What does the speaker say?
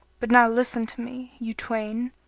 but now listen to me, you twain!